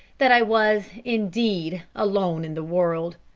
that i was indeed alone in the world.